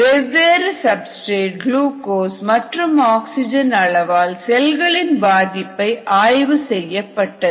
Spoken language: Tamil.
வெவ்வேறு சப்ஸ்டிரேட் குளுகோஸ் மற்றும் ஆக்சிஜன் அளவால் செல்களில் பாதிப்பை ஆய்வு செய்யப்பட்டது